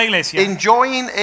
enjoying